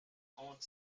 honte